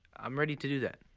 i'm ready to do that.